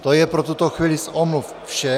To je pro tuto chvíli z omluv vše.